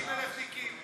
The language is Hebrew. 30,000 תיקים.